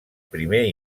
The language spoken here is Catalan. primer